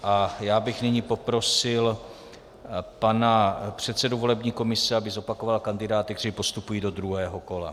A já bych nyní poprosil pana předsedu volební komise, aby zopakoval kandidáty, kteří postupují do druhého kola.